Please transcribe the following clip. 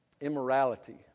immorality